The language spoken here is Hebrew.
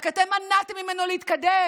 רק שאתם מנעתם ממנו להתקדם.